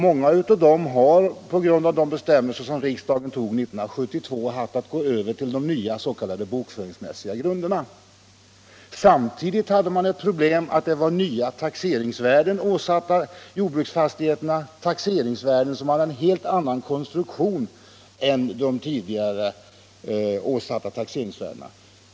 Många av dem har på grund av de bestämmelser som riksdagen antog 1972 haft att gå över till de nya s.k. bokföringsmässiga grunderna. Samtidigt har man det problemet att nya taxeringsvärden har åsatts jordbruksfastigheterna — taxeringsvärden som är av en helt annan konstruktion än de tidigare åsatta värdena.